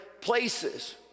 places